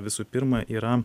visų pirma yra